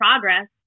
progress